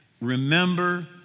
Remember